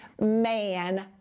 man